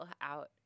out